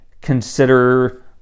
consider